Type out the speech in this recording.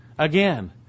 Again